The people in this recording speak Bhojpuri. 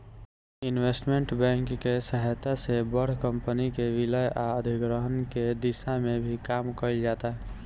इन्वेस्टमेंट बैंक के सहायता से बड़ कंपनी के विलय आ अधिग्रहण के दिशा में भी काम कईल जाता